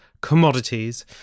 commodities